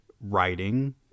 writing